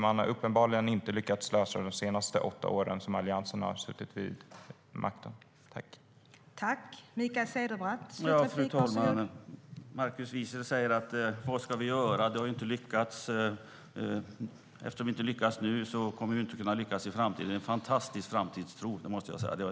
Man har uppenbarligen inte lyckats lösa det de senaste åtta åren som Alliansen har suttit vid makten.